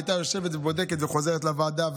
הייתה יושבת ובודקת וחוזרת לוועדה,